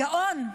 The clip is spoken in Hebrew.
גאון.